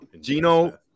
Gino